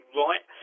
right